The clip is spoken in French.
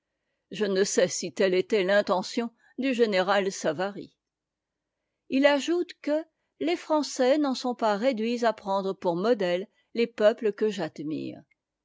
je ne sais si telle était l'intention du générat savary il ajoute que les frakça'ts n'en soxt pas heburts a fhekdre pour modèles les peuples que j'amuke